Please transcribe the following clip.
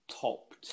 top